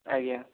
ଆଜ୍ଞା